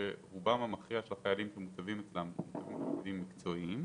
שרובם המכריע משובצים בתפקידים מקצועיים,